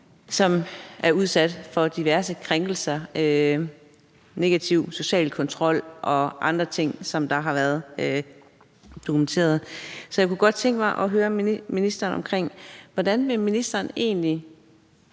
som er udsat for diverse krænkelser, negativ social kontrol og andre ting, som det har været dokumenteret. Jeg kunne godt tænke mig at høre ministeren om, hvordan ministeren egentlig